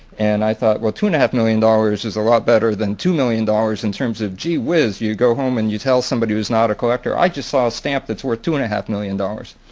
and i thought well two and a half million dollars is a lot better than two million dollars in terms of, gee whiz, you go home and you tell somebody who's not a collector, i just saw a stamp that's worth two and a half million dollars.